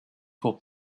pour